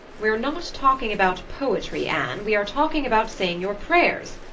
we're not talking about poetry, anne we are talking about saying your prayers.